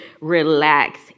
relax